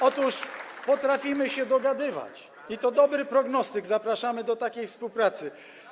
Otóż potrafimy się dogadywać i to dobry prognostyk, zapraszamy do takiej współpracy.